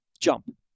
jump